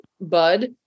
bud